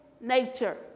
nature